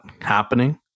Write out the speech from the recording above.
happening